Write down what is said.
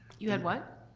you had what?